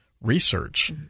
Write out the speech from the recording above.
research